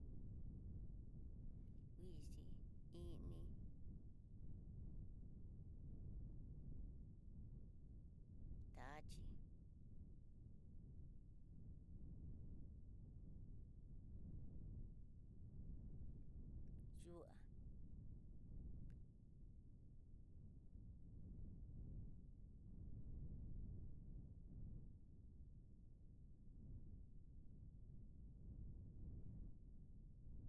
Kuixhii, ini, tachíi, yu'á.